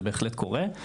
זה בהחלט קורה,